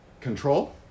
Control